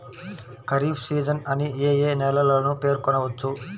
Kharif season అని ఏ ఏ నెలలను పేర్కొనవచ్చు?